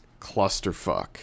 clusterfuck